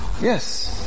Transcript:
Yes